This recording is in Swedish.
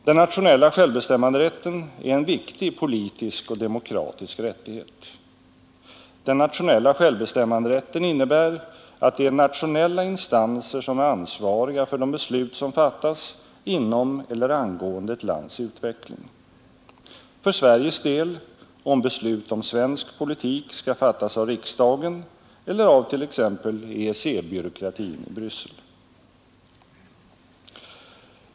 Den nationella självbestämmanderätten är en viktig politisk och demokratisk rättighet. Den nationella självbestämmanderätten innebär att det är nationella instanser som är ansvariga för de beslut som fattas inom eller angående ett lands utveckling. För Sveriges del om beslut om svensk politik skall fattas av riksdagen eller av t.ex. EEC-byråkratin i Bryssel.